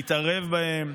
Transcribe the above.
להתערב בהן,